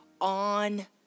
on